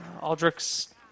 Aldrich's